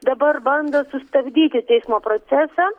dabar bando sustabdyti teismo procesą